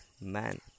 man